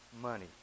money